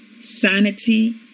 sanity